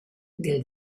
del